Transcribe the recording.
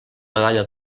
medalla